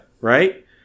Right